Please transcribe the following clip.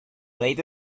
late